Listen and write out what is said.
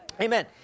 Amen